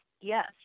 yes